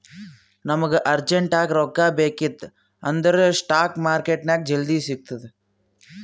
ನಮುಗ ಅರ್ಜೆಂಟ್ ಆಗಿ ರೊಕ್ಕಾ ಬೇಕಿತ್ತು ಅಂದುರ್ ಸ್ಪಾಟ್ ಮಾರ್ಕೆಟ್ನಾಗ್ ಜಲ್ದಿ ಸಿಕ್ತುದ್